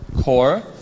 Core